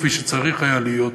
כפי שצריך היה להיות.